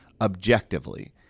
objectively